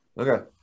Okay